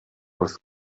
wrth